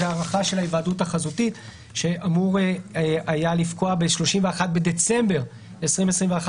זו הארכה של ההיוועדות החזותית שאמור היה לפקוע ב-31 בדצמבר 2021,